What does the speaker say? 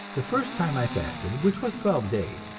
the first time i fasted, which was twelve days,